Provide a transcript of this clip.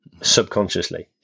subconsciously